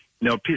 No